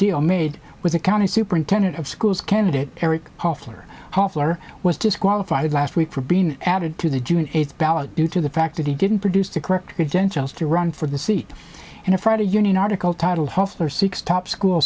deal made with the county superintendent of schools candidate eric hoffer hoffler was disqualified last week for being added to the june eighth ballot due to the fact that he didn't produce the correct dentures to run for the seat and a friday union article titled hostler six top school